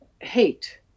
hate